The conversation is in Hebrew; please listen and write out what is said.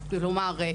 כלומר,